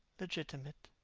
legitimate!